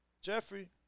Jeffrey